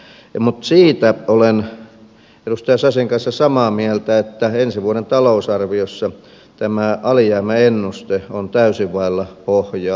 mutta siitä olen edustaja sasin kanssa samaa mieltä että ensi vuoden talousarviossa tämä alijäämäennuste on täysin vailla pohjaa